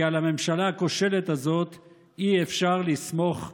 כי על הממשלה הכושלת הזאת אי-אפשר לסמוך כלל.